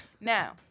Now